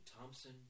Thompson